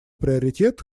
приоритет